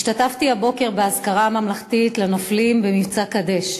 השתתפתי הבוקר באזכרה הממלכתית לנופלים במבצע "קדש",